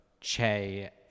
Che